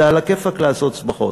זה עלא כיפאק לעשות שמחות,